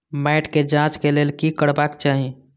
मैट के जांच के लेल कि करबाक चाही?